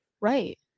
Right